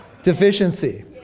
deficiency